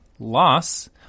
Loss